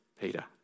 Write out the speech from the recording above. Peter